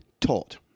taught